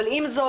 עם זאת,